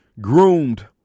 groomed